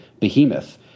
behemoth